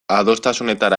adostasunetara